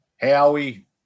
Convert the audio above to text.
Howie